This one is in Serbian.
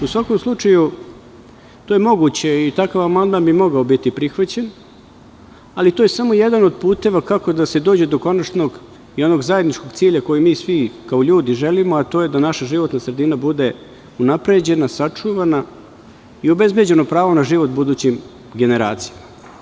U svakom slučaju, to je moguće i takav amandman bi mogao biti prihvaćen, ali to je samo jedan od puteva kako da se dođe do konačnog i onog zajedničkog cilja koji mi svi kao ljudi želimo, a to je da naša životna sredina bude unapređena, sačuvana i obezbeđeno pravo na život budućim generacijama.